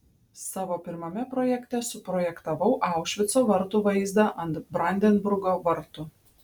savo pirmame projekte suprojektavau aušvico vartų vaizdą ant brandenburgo vartų